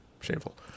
Shameful